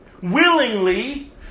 willingly